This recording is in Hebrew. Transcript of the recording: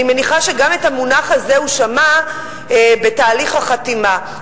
אני מניחה שגם את המונח הזה הוא שמע בתהליך החתימה,